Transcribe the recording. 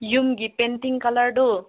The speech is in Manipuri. ꯌꯨꯝꯒꯤ ꯄꯦꯟꯇꯤꯡ ꯀꯂꯔꯗꯨ